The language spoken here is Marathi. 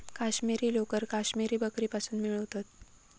काश्मिरी लोकर काश्मिरी बकरीपासुन मिळवतत